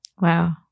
Wow